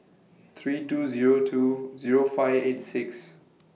three two Zero two Zero five eight six